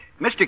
Mr